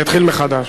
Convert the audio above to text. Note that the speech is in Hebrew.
אני אתחיל מחדש.